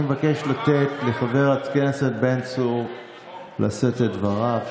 אני מבקש לתת לחבר הכנסת בן צור לשאת את דבריו.